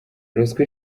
ruswa